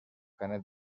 canet